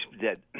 dead